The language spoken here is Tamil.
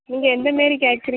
நீங்கள் எந்த மாரி கேட்கறீங்க